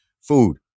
food